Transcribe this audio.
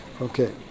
Okay